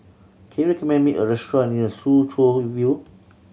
can you recommend me a restaurant near Soo Chow View